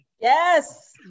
Yes